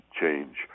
change